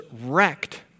wrecked